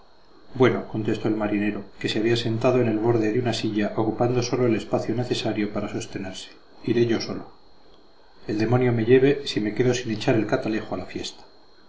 irá bueno contestó el marinero que se había sentado en el borde de una silla ocupando sólo el espacio necesario para sostenerse iré yo solo el demonio me lleve si me quedo sin echar el catalejo a la fiesta